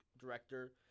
director